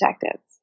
detectives